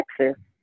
Texas